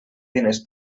diners